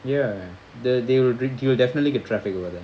ya the they'll you'll definitely get traffic over there